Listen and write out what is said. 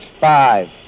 five